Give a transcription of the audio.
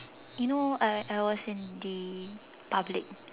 you know I I was in the public